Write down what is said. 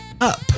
up